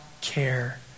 care